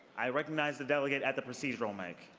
i recognize the delegate at the procedural mic.